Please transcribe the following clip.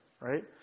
Right